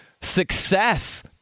success